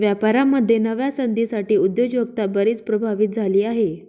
व्यापारामध्ये नव्या संधींसाठी उद्योजकता बरीच प्रभावित झाली आहे